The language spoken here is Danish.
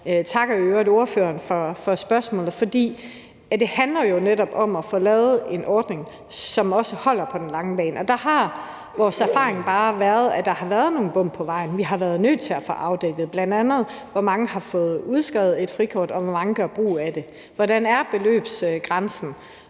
Jeg takker i øvrigt ordføreren for spørgsmålet, for det handler jo netop om at få lavet en ordning, som også holder på den lange bane. Og der har vores erfaring bare været, at der har været nogle bump på vejen, som vi har været nødt til at få afdækket, bl.a. hvor mange der har fået udskrevet et frikort, hvor mange der gør brug af det, hvordan beløbsgrænsen